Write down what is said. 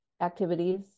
activities